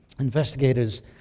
investigators